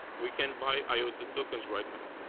we can buy iota tokens right now.